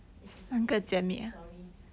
eh 不是姐妹 sorry